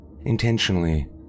Intentionally